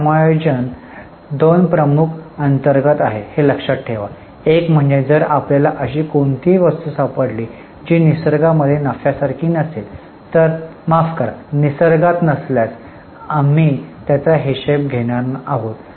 हे समायोजन दोन प्रमुख अंतर्गत आहेत हे लक्षात ठेवा एक म्हणजे जर आपल्याला अशी कोणतीही वस्तू सापडली जी निसर्गा मध्ये नफ्यासारखी असेल तर माफ करा निसर्गात नसल्यास आम्ही त्याचा हिशेब घेणार आहोत